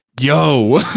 Yo